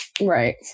Right